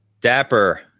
Dapper